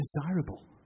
desirable